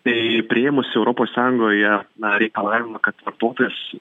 tai priėmus europos sąjungoje na reikalavimą kad vartotojas